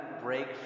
break